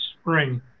spring